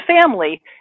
family